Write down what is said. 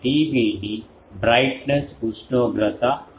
TB ని brightness ఉష్ణోగ్రత అంటారు